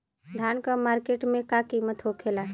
धान क मार्केट में का कीमत होखेला?